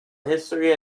history